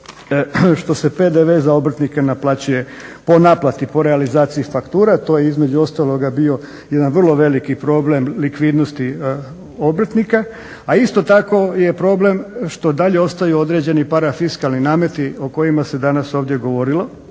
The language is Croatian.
što se PDV za obrtnike naplaćuje po naplati, po realizaciji faktura, to je između ostaloga bio jedan vrlo veliki problem likvidnosti obrtnika, a isto tako je problem što dalje ostaju određeni parafiskalni nameti o kojima se danas ovdje govorilo.